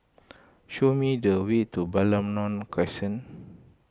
show me the way to Balmoral Crescent